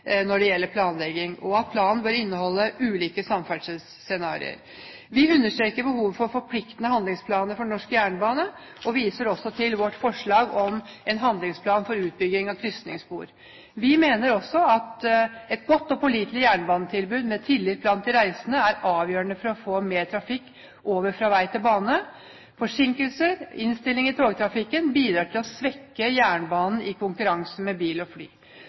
når det gjelder planlegging. Planen bør inneholde ulike samferdselsscenarioer. Vi understreker behovet for forpliktende handlingsplaner for norsk jernbane og viser til vårt tidligere forslag om en handlingsplan for utbygging av kryssingsspor. Vi mener også at et godt og pålitelig jernbanetilbud, med tillit blant de reisende, er avgjørende for å få mer trafikk over fra vei til bane. Forsinkelser og innstillinger i togtrafikken bidrar til å svekke jernbanen i konkurranse med bil og fly.